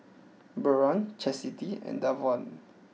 Byron Chastity and Davon